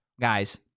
Guys